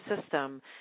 system